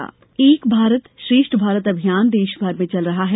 एक भारत श्रेष्ठ भारत एक भारत श्रेष्ठ भारत अभियान देश भर में चल रहा है